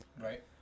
Right